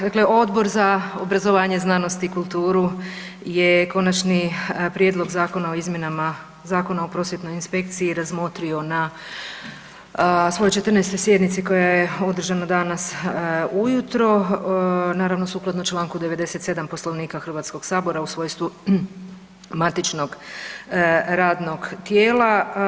Dakle Odbor za obrazovanje, znanost i kulturu je Konačni prijedlog Zakona o izmjenama Zakona o prosvjetnoj inspekciji razmotrio na svojoj 14. sjednici koja je održana danas ujutro, naravno sukladno čl. 97. poslovnika HS-a u svojstvu matičnog radnog tijela.